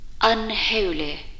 Unholy